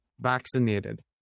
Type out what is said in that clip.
vaccinated